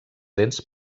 dents